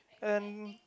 and